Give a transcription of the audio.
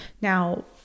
Now